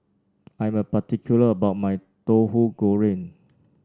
I am particular about my Tahu Goreng